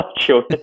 sure